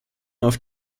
auf